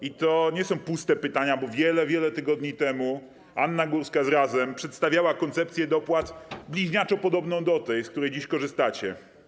I to nie są puste pytania, bo wiele, wiele tygodni temu Anna Górska z Razem przedstawiała koncepcję dopłat bliźniaczo podobną do tej, z której dziś korzystacie.